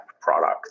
product